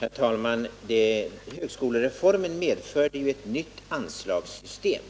Herr talman! Högskolereformen medförde ju ett nytt anslagssystem.